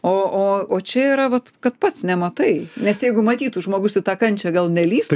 o o o čia yra vat kad pats nematai nes jeigu matytų žmogus į tą kančią gal nelįstų